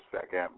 second